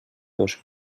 dos